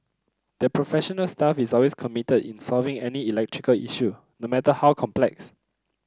their professional staff is always committed in solving any electrical issue no matter how complex